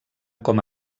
com